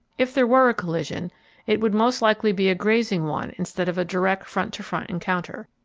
if there were a collision it would most likely be a grazing one instead of a direct front-to-front encounter.